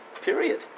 period